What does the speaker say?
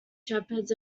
shepherds